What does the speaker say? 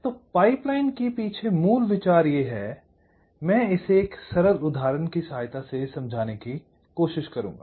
तो पाइपलाइन के पीछे मूल विचार क्या है मैं इसे एक सरल उदाहरण की सहायता से समझने की कोशिश करूंगा